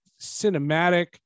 cinematic